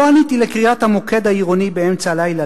5. לא עניתי לקריאת המוקד העירוני באמצע הלילה,